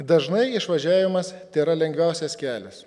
dažnai išvažiavimas tėra lengviausias kelias